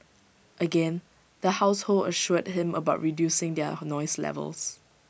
again the household assured him about reducing their noise levels